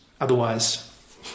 Otherwise